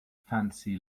fancy